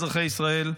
אזרחי ישראל,